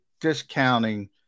discounting